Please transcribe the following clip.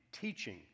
teaching